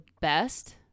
best